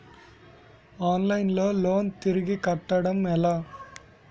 Online లో loan తిరిగి కట్టడం ఎలా?